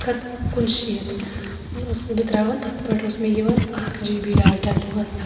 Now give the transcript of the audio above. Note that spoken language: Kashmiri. اکھ ہَتھ کُنہٕ شیٖتھ ٲسٕس بہٕ تراوان تَتھ پٮ۪ٹھ اوس مےٚ یِوان اکھ جی بی ڈاٹا دۄہَس